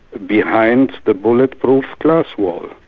behind the bulletproof glass wall.